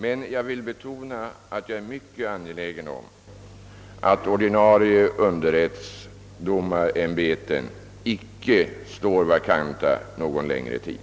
Men jag vill betona att jag är mycket angelägen om att ordinarie underrättsdomarämbeten icke står vakanta någon längre tid.